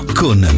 con